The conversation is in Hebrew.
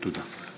תודה.